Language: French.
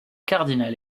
cardinal